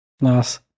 Nice